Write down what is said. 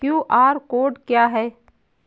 QR code क्या है?